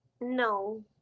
No